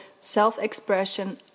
self-expression